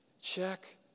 Check